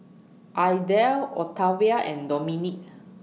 Idell Octavia and Dominik